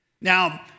Now